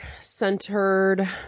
centered